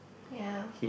ya